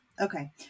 Okay